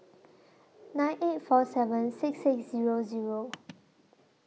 nine eight four seven six six Zero Zero